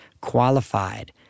qualified